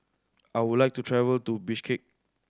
I would like to travel to Bishkek